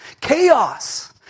Chaos